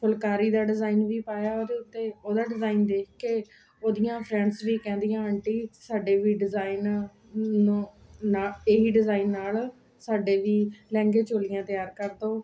ਫੁਲਕਾਰੀ ਦਾ ਡਿਜ਼ਾਈਨ ਵੀ ਪਾਇਆ ਉਹਦੇ ਉੱਤੇ ਉਹਦਾ ਡਿਜ਼ਾਇਨ ਦੇਖ ਕੇ ਉਹਦੀਆਂ ਫਰੈਂਡਸ ਵੀ ਕਹਿੰਦੀਆਂ ਆਂਟੀ ਸਾਡੇ ਵੀ ਡਿਜਾਇਨ ਹੁਣ ਨਾ ਇਹੀ ਡਿਜ਼ਾਇਨ ਨਾਲ ਸਾਡੇ ਵੀ ਲਹਿੰਗੇ ਚੋਲੀਆਂ ਤਿਆਰ ਕਰ ਦੋ